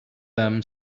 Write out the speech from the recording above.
them